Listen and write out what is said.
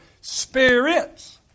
spirits